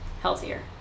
healthier